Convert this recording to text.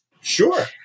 Sure